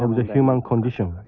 of the human condition.